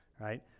right